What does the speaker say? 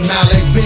Malik